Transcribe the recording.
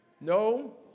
No